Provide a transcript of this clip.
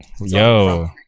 Yo